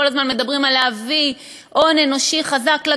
כל הזמן מדברים על להביא הון אנושי חזק לגליל.